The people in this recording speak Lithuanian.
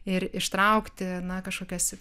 ir ištraukti na kažkokias